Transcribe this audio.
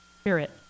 Spirit